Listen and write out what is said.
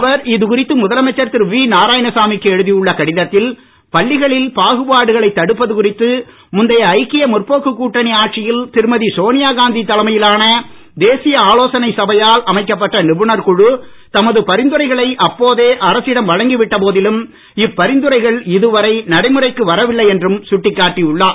அவர் இதுகுறித்து முதலமைச்சர் திரு வி நாராயணசாமிக்கு எழுதி உள்ள கடிதத்தில் பள்ளிகளில் பாகுபாடுகளை தடுப்பது குறித்து முந்தைய ஐக்கிய முற்போக்கு கூட்டணி ஆட்சியில் திருமதி சோனியாகாந்தி தலைமையிலான தேசிய ஆலோசனை சபையால் அமைக்கப்பட்ட நிபுணர் குழு தமது பரிந்துரைகளை அப்போதே அரசிடம் வழங்கி விட்ட போதிலும் இப்பரிந்துரைகள் இதுவரை நடைமுறைக்கு வரவில்லை என்றும் சுட்டிக்காட்டி உள்ளார்